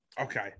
Okay